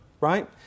right